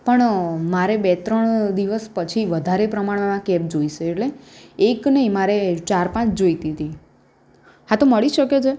પણ મારે બે ત્રણ દિવસ પછી વધારે પ્રમાણમાં કેબ જોઈશે એટલે એક નહીં મારે ચાર પાંચ જોઈતી હતી હા તો મળી શકે છે